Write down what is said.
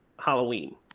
Halloween